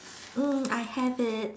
mm I have it